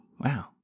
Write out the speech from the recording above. wow